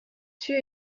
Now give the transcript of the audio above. tue